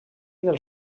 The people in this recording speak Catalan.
del